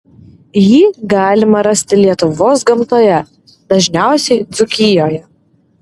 jį galima rasti lietuvos gamtoje dažniausiai dzūkijoje